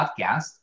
Podcast